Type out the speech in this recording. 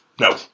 No